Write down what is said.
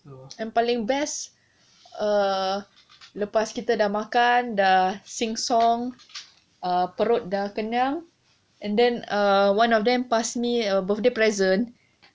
yang paling best uh lepas kita dah makan dah sing song uh perut dah kenyang and then err one of them pass me a birthday present